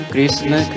Krishna